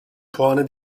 puanı